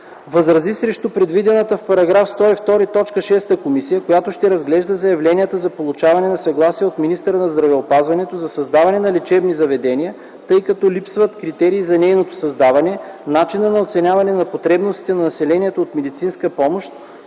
възрази срещу предвидената в § 102, т. 6 комисия, която ще разглежда заявленията за получаване на съгласие от министъра на здравеопазването за създаване на лечебни заведения, тъй като липсват критерии за нейното създаване, начина на оценяване на потребностите на населението от медицинска помощ